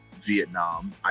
Vietnam